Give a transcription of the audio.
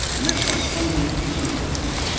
and that's why funding is important.